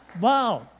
Wow